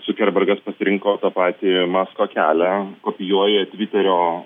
zukerbergas pasirinko tą patį masko kelią kopijuoja tviterio